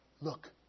Look